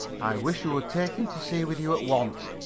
i wish you would take him to sea with you at once!